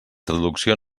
traducció